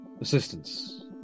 assistance